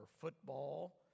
football